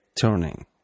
turning